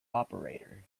operator